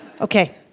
Okay